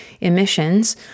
emissions